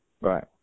Right